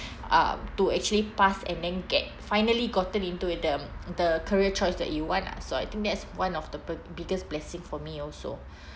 um to actually pass and then get finally gotten into the um the career choice that you want ah so I think that's one of the be~ biggest blessing for me also